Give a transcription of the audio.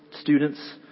students